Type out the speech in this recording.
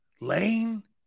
lane